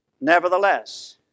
Nevertheless